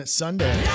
sunday